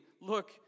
look